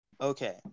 okay